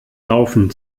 laufen